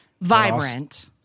Vibrant